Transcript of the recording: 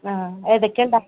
ആ എടക്കിണ്ടാക്കും